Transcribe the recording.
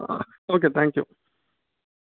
ah okay thank you